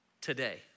today